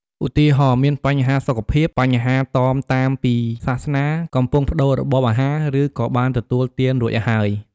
ឧទាហរណ៍ មានបញ្ហាសុខភាព បញ្ហាតមតាមពីសាសនា កំពង់ប្ដូររបបអាហារ ឬក៏បានទទួលទានរួចហើយ។